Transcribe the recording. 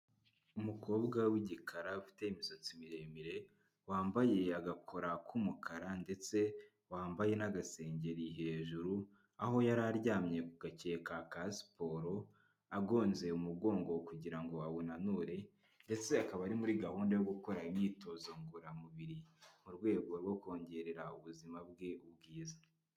Umukobwa w'igikara ufite imisatsi miremire, wambaye agakora k'umukara ndetse wambaye n'agasengeri hejuru aho yari aryamye ku gakeka ka siporo, agonze umugongo kugira ngo awunanure ndetse akaba ari muri gahunda yo gukora imyitozo ngororamubiri. Mu rwego rwo kongerera ubuzima bwe ubwiza.